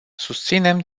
susținem